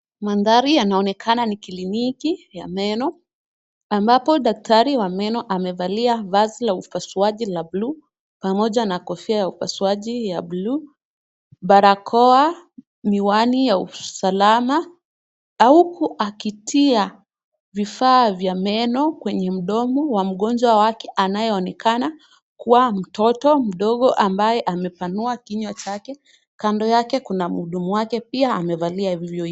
Mandhari yanaonekana ni kliniki ya meno ambapo daktari wa meno amevalia vazi la upasuaji la bluu pamoja na kofia ya upasuaji ya bluu, barakoa, miwani ya usalama huku akitia vifaa vya meno kwenye mdomo wa mgonjwa wake anayeonekana kuwa mtoto mdogo ambaye amepanua kinywa chake. Kando yake kuna mhudumu wake ambaye pia amevalia vivyo.